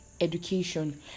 education